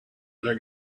other